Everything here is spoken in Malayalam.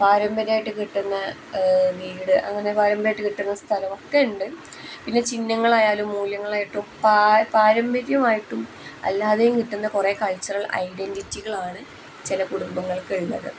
പാരമ്പര്യമായിട്ട് കിട്ടുന്ന വീട് അങ്ങനെ പാരമ്പര്യമായിട്ട് കിട്ടുന്ന സ്ഥലം ഒക്കെ ഉണ്ട് പിന്നെ ചിഹ്നങ്ങളായാലും മൂല്യങ്ങളായിട്ടും പാരമ്പര്യമായിട്ടും അല്ലാതെയും കിട്ടുന്ന കുറേ കൾച്ചറൽ ഐഡൻന്റ്റിറ്റികളാണ് ചില കുടുംബങ്ങൾക്ക് ഉള്ളത്